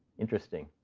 interesting.